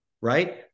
Right